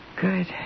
Good